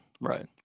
Right